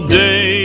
day